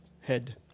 Head